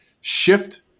shift